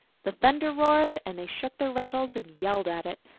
the thunder roared, and they shook their rattles and yelled at it.